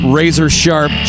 razor-sharp